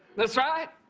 that's right.